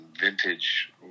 vintage